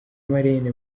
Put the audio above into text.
marraine